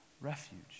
refuge